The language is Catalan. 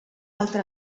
altre